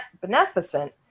beneficent